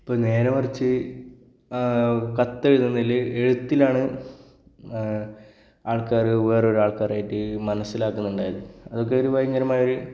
ഇപ്പം നേരെ മറിച്ച് കത്തെഴുതുന്നതിൽ എഴുത്തിലാണ് ആള്ക്കാർ വേറൊരാള്ക്കാരായിട്ട് മനസ്സിലാക്കുന്നുണ്ടായനു അതൊക്കെ ഒരു ഭയങ്കരമായൊരു